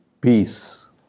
peace